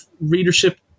readership